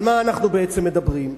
על מה אנחנו בעצם מדברים?